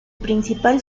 principal